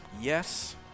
yes